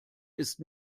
ist